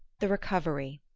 the recovery